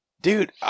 Dude